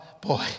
Boy